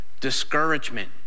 discouragement